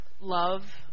love